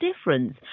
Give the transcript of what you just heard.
difference